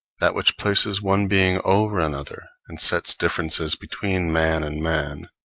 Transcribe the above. that which places one being over another, and sets differences between man and man,